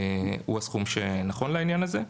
הוא הסכום שנכון לעניין הזה.